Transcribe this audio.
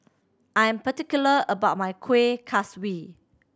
I'm particular about my Kuih Kaswi